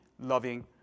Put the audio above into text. loving